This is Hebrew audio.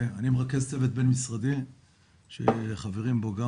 אני מרכז צוות בין-משרדי שחברים בו גם,